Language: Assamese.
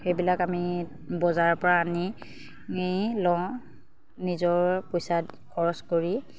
সেইবিলাক আমি বজাৰৰপৰা আনি লওঁ নিজৰ পইচাত খৰচ কৰি